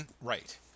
Right